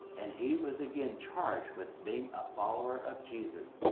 and he was again charged with being a follower of jesus.